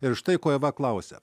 ir štai ko eva klausia